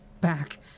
back